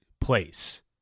place